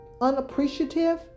unappreciative